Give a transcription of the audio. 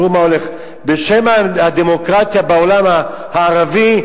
בשם הדמוקרטיה בעולם הערבי,